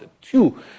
two